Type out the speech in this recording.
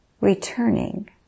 returning